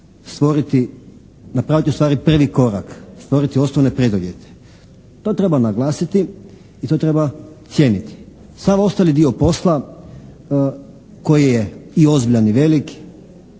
stvoriti, napraviti ustvari prvi korak, stvoriti osnovne preduvjete. To treba naglasiti i to treba cijeniti. Sav ostali dio posla koji je i ozbiljan i velik